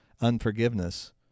unforgiveness